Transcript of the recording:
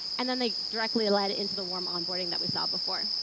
and then they directly led it into the warm onboarding that we saw before.